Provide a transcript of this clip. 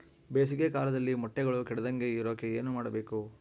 ಬೇಸಿಗೆ ಕಾಲದಲ್ಲಿ ಮೊಟ್ಟೆಗಳು ಕೆಡದಂಗೆ ಇರೋಕೆ ಏನು ಮಾಡಬೇಕು?